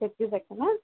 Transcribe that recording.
हिकु सेकंड हां